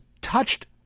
touched